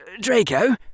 Draco